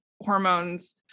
hormones